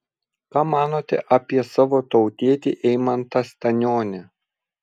ką manote apie savo tautietį eimantą stanionį